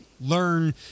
learn